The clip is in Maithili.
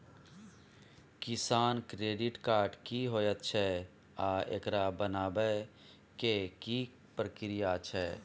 किसान क्रेडिट कार्ड की होयत छै आ एकरा बनाबै के की प्रक्रिया छै?